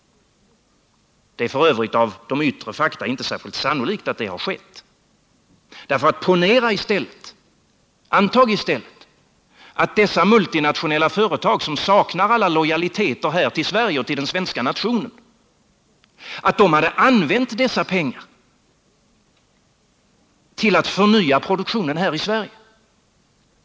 Det är f. ö. av de yttre faktorerna att döma inte särskilt sannolikt att det har skett. Antag i stället att dessa multinationella företag, som saknar all lojalitet till Sverige och till den svenska nationen, har använt dessa pengar till att förnya produktionen här i Sverige!